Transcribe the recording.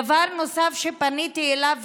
דבר נוסף שפניתי עליו,